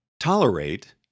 Tolerate